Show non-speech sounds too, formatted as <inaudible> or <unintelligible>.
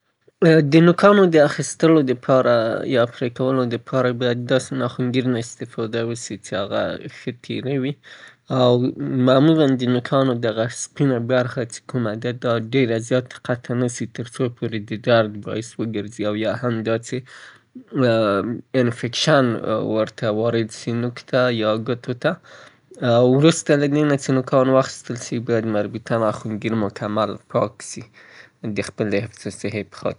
د خپلو نوکانو اخیستل په محفوظ او سالم شکل باندې باید په وچو لاسونو باندې او پاکو لاسونو باندې دا کار صورت ونیسي. دهغه ناخونګیر نه استفاده وسي څه شه تیره وي او همدارنګه نوکان باید ډیر زیات په بیخ کې قطع نسي؛ ترڅو يورئ سبب د درد ونه ګرځي او. <unintelligible>